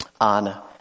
on